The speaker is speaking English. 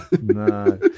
No